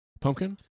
Pumpkin